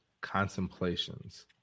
contemplations